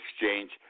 exchange